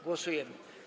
Głosujemy.